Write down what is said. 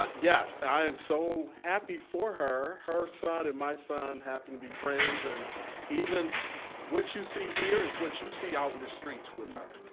but yes, i am so happy for her. her son and my son happen to be friends and even what you see here is what you see out in the streets with her,